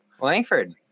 Langford